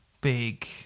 big